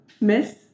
miss